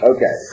Okay